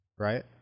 Right